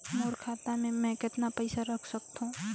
मोर खाता मे मै कतना पइसा रख सख्तो?